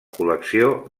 col·lecció